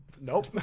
Nope